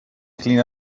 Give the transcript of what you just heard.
clean